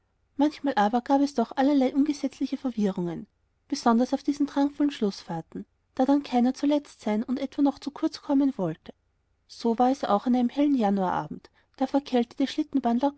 manchmal aber gab es doch allerlei ungesetzliche verwirrungen besonders auf diesen drangvollen schlußfahrten da dann keiner zuletzt sein und etwa noch zu kurz kommen wollte so war es auch an einem hellen januarabend da vor kälte